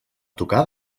tocar